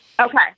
Okay